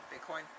Bitcoin